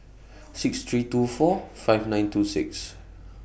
six three two four five nine two six